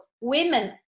women